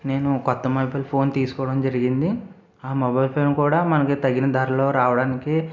నేను కొత్త mobile phone తీసుకోవడం జరిగింది ఆ మొబైల్ ఫోన్ కూడా మనకి తగిన దారిలో రావడానికి